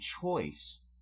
choice